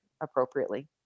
appropriately